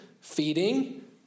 feeding